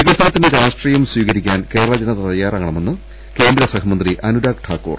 വികസനത്തിന്റെ രാഷ്ട്രീയം സ്വീകരിക്കാൻ കേരള ജനത തയാറാകണമെന്ന് ക്യേന്ദ്രസഹമന്ത്രി അനുരാഗ് ഠാക്കൂർ